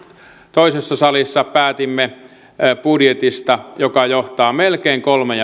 toisessa salissa päätimme budjetista joka johtaa melkein kolmen